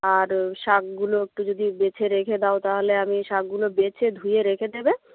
আর শাকগুলো একটু যদি বেছে রেখে দাও তাহলে আমি শাকগুলো বেছে ধুয়ে রেখে দেবে